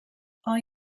are